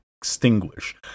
Extinguish